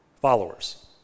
followers